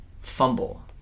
fumble